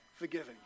forgiving